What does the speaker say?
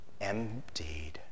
emptied